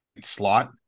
slot